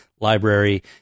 library